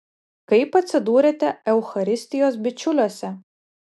kaip atsidūrėte eucharistijos bičiuliuose